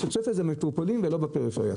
התוספת היא למטרופולין ולא לפריפריה.